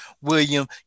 William